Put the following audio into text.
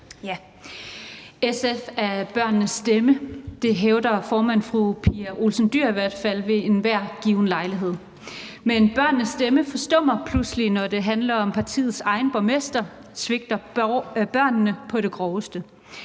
SF er børnenes stemme. Det hævder formand fru Pia Olsen Dyhr i hvert fald ved enhver given lejlighed. Men børnenes stemme forstummer pludselig, når det handler om, at partiets egen borgmester svigter børnene på det groveste.